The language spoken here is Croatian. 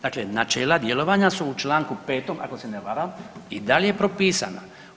Dakle, načela djelovanja su u Članku 5. ako se ne varam i dalje propisana.